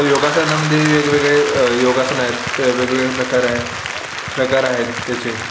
योगासनामध्ये वेगवेगळे योगासनं आहेत वेगवेगळे प्रकार आहेत प्रकार आहेत त्याचे